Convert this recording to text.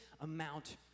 amount